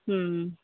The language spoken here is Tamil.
ம்ம்